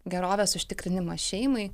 gerovės užtikrinimą šeimai